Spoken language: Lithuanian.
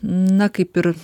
na kaip ir